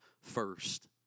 first